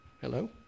Hello